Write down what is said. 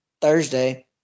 Thursday